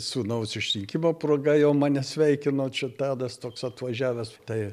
sūnaus išvykimo proga jau mane sveikino čia tadas toks atvažiavęs tai